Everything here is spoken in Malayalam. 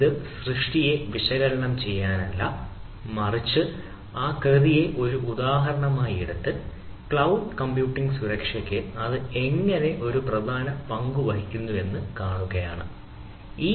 ഇത് സൃഷ്ടിയെ വിശകലനം ചെയ്യാനല്ല മറിച്ച് ആ കൃതിയെ ഒരു ഉദാഹരണമായി എടുത്ത് ഈ ക്ലൌഡ് കമ്പ്യൂട്ടിംഗ് സുരക്ഷയ്ക്ക് അത് എങ്ങനെ ഒരു പ്രധാന പങ്ക് വഹിക്കുന്നുവെന്ന് കാണുക ആണ്